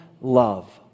love